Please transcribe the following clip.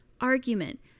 argument